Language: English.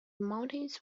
mountains